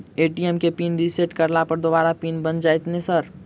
ATM केँ pin reset करला पर दोबारा पिन बन जाइत नै सर?